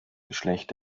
geschlecht